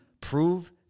prove